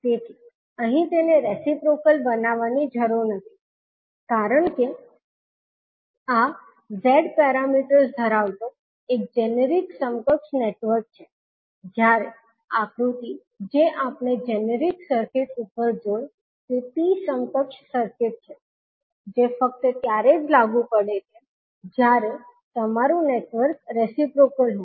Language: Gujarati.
તેથી અહીં તેને રેસીપ્રોક્લ બનાવવાની જરૂર નથી કારણ કે આ Z પેરામીટર્સ ધરાવતો એક જેનરિક સમકક્ષ નેટવર્ક છે જ્યારે આકૃતિ જે આપણે જેનરિક સર્કિટ ઉપર જોઇ તે T સમકક્ષ સર્કિટ છે જે ફક્ત ત્યારે જ લાગુ પડે છે જ્યારે તમારું નેટવર્ક રેસીપ્રોકલ હોય